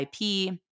IP